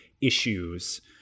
issues